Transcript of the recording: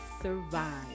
survive